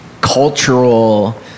cultural